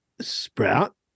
sprout